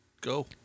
Go